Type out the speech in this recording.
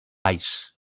ais